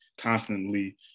constantly